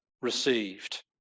received